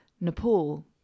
Nepal